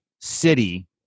city